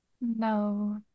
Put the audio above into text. no